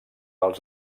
als